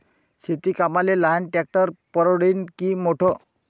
शेती कामाले लहान ट्रॅक्टर परवडीनं की मोठं?